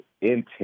intent